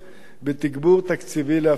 בתגבור תקציבי להפעלתם.